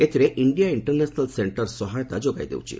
ଏଥିରେ India international centre ସହାୟତା ଯୋଗାଇଦେଉଛି